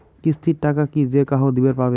কিস্তির টাকা কি যেকাহো দিবার পাবে?